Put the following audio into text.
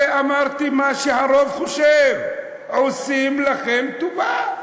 הרי אמרתי מה שהרוב חושב, עושים לכם טובה.